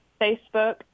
Facebook